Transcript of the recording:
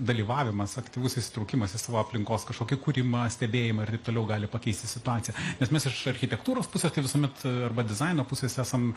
dalyvavimas aktyvus įsitraukimas į savo aplinkos kažkokį kūrimą stebėjimą ir taip toliau gali pakeisti situaciją nes mes iš architektūros pusės tai visuomet arba dizaino pusės esam